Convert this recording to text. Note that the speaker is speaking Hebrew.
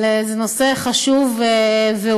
אבל זה נושא חשוב והומני,